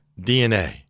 DNA